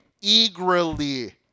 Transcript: eagerly